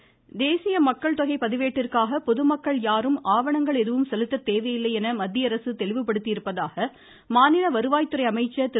உதயகுமார் தேசிய மக்கள் தொகை பதிவேட்டிற்காக பொதுமக்கள் யாரும் ஆவணங்கள் எதுவும் செலுத்த தேவையில்லை என மத்தியஅரசு தெளிவுபடுத்தியிருப்பதாக மாநில வருவாய் துறை அமைச்சர் திரு